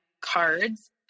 cards